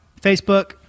facebook